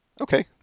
Okay